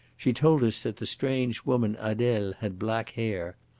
she told us that the strange woman adele had black hair.